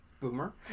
Boomer